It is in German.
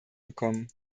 gekommen